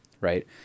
right